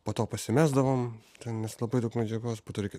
po to pasimesdavom ten nes labai daug medžiagos po to reikia